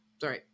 Sorry